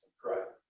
Correct